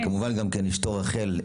כמובן גם אשתו רחל,